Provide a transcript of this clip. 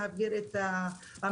להגביר את המודעות.